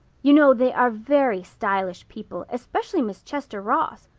you know they are very stylish people, especially mrs. chester ross.